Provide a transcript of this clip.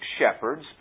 shepherds